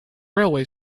railway